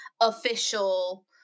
official